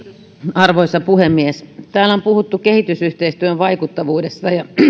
arvoisa puhemies täällä on puhuttu kehitysyhteistyön vaikuttavuudesta ja